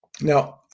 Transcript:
Now